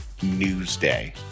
Newsday